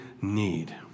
need